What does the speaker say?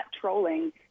trolling